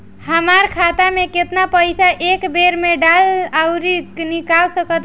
हमार खाता मे केतना पईसा एक बेर मे डाल आऊर निकाल सकत बानी?